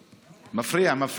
מפריע, מפריע.